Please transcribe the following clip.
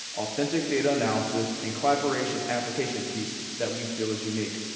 authentic data analysis and collaboration application piece that we feel is unique.